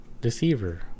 Deceiver